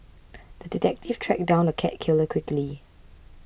the detective tracked down the cat killer quickly